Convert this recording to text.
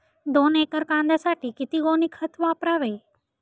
दोन एकर कांद्यासाठी किती गोणी खत वापरावे?